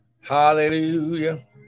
Hallelujah